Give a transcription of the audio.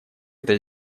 это